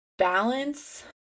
balance